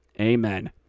Amen